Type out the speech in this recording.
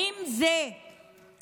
האם זה תסריט